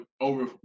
over